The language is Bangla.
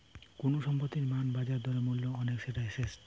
কুনু সম্পত্তি যার বাজার দরে মূল্য অনেক সেটা এসেট